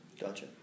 Gotcha